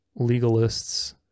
legalists